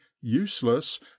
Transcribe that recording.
useless